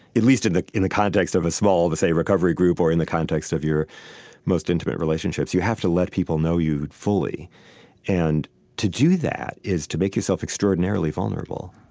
at least in the in the context of a small, say, recovery group, or in the context of your most intimate relationships. you have to let people know you fully and to do that is to make yourself extraordinarily vulnerable